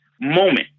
moment